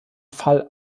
fall